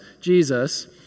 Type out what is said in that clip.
Jesus